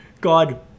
God